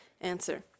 Answer